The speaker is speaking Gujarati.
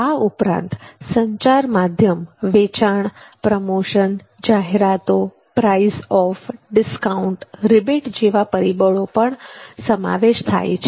આ ઉપરાંત સંચાર માધ્યમ વેચાણ પ્રમોશન જાહેરાતો પ્રાઈઝ ઓફ ડિસ્કાઉન્ટ રિબેટ જેવા પરિબળો પણ સમાવેશ થાય છે